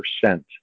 percent